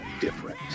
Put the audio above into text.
different